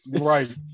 Right